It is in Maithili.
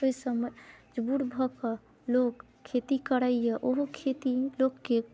तैसँ मजबूर भऽ कऽ लोक खेती करैये ओहो खेती लोकके